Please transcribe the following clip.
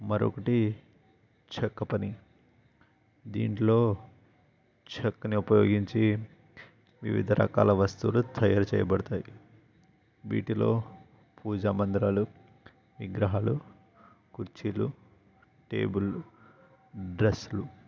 మరొకటి చెక్కపని దీంట్లో చెక్కని ఉపయోగించి వివిధ రకాల వస్తువులు తయారుచేయబడతాయి వీటిలో పూజా మందిరాలు విగ్రహాలు కుర్చీలు టేబుళ్ళు డ్రస్సులు